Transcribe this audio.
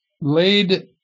laid